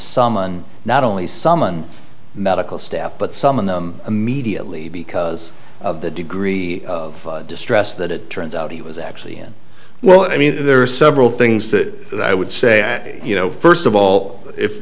someone not only summoned medical staff but summon them immediately because of the degree of distress that it turns out it was actually in well i mean there are several things that i would say you know first of all if